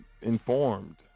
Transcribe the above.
informed